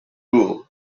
rule